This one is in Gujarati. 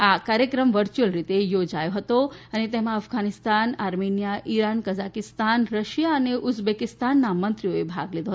આ કાર્યક્રમ વર્ચ્યુઅલ રીતે યોજાયો છે અને તેમાં Afghanistan Armenia Iran Kazakhstan Russia અને ઉઝબેકિસ્તાનના મંત્રીઓએ ભાગ લીધો